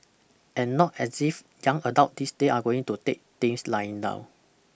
and not as if young adults these days are going to take things lying down